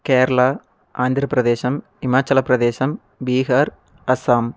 Kerala Andhra Pradesh Himachal Pradesh Bihar Assam